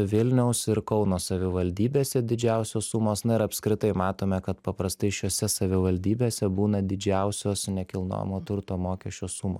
vilniaus ir kauno savivaldybėse didžiausios sumos na ir apskritai matome kad paprastai šiose savivaldybėse būna didžiausios nekilnojamo turto mokesčio sum